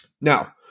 Now